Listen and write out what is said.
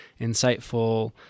insightful